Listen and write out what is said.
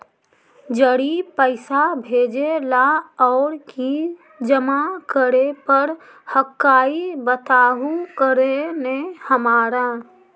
जड़ी पैसा भेजे ला और की जमा करे पर हक्काई बताहु करने हमारा?